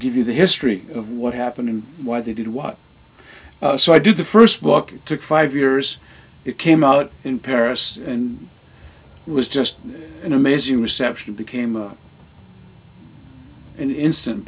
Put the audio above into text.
give you the history of what happened and why they did what so i did the first walk it took five years it came out in paris and was just an amazing reception became an instant